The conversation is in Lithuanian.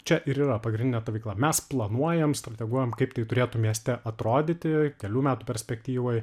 čia ir yra pagrindinė ta veikla mes planuojam strateguojam kaip tai turėtų mieste atrodyti kelių metų perspektyvoj